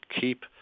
keep